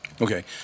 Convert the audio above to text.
Okay